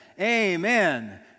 Amen